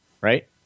Right